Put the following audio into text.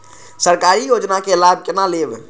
सरकारी योजना के लाभ केना लेब?